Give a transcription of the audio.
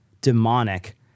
demonic